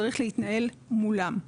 צריך להתנהל מולם.